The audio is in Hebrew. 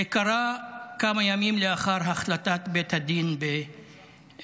זה קרה כמה ימים לאחר החלטת בית הדין בהאג